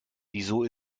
wieso